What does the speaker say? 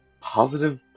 Positive